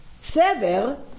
sever